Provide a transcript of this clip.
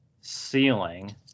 ceiling